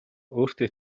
өөртөө